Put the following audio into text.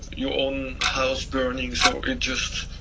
your own house burning. so it just